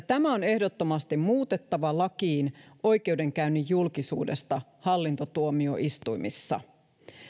tämä on ehdottomasti muutettava lakiin oikeudenkäynnin julkisuudesta hallintotuomioistuimissa